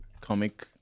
comic